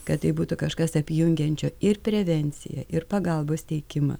kad tai būtų kažkas apjungiančio ir prevenciją ir pagalbos teikimą